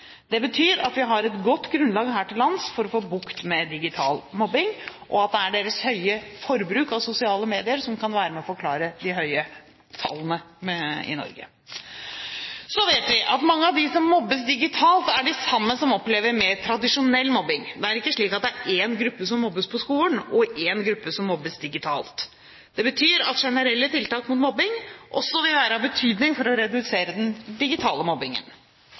Det betyr at vi har et godt grunnlag her til lands for å få bukt med digital mobbing, og at deres høye forbruk av sosiale medier kan være med på å forklare de høye tallene i Norge. Så vet vi at mange av dem som mobbes digitalt, er de samme som opplever mer tradisjonell mobbing. Det er ikke slik at det er én gruppe som mobbes på skolen, og én gruppe som mobbes digitalt. Det betyr at generelle tiltak mot mobbing også vil være av betydning for å redusere den digitale mobbingen.